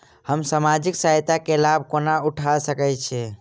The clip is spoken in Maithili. हम सामाजिक सहायता केँ लाभ कोना उठा सकै छी?